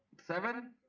seven